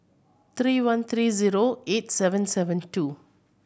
three one three zero eight seven seven two